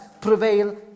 prevail